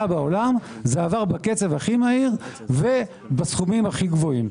בעולם זה עבר בקצב הכי מהיר ובסכומים הכי גבוהים,